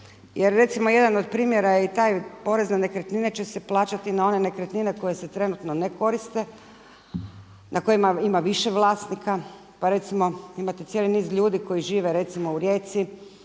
Jer, recimo, jedan od primjera je i taj, porez na nekretnine će se plaćati i na one nekretnine koje se trenutno ne koriste, na kojima ima više vlasnika, pa recimo, imate cijeli niz ljudi koji žive recimo u Rijeci,